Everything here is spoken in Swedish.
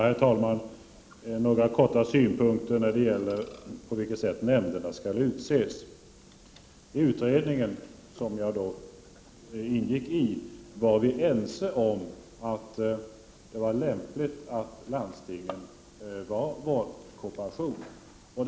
Herr talman! Jag skall framföra några korta synpunkter i frågan, om på vilket sätt nämnderna skall utses. I utredningen, i vilken jag ingick, var vi ense om att det var lämpligt att — Prot. 1989/90:35 landstingen var valkooperation.